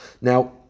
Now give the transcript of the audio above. Now